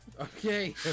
Okay